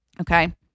Okay